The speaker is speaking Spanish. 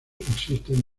existen